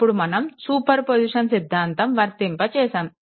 ఇప్పుడు మనం superposition సిద్ధాంతం వర్తింపచేసాము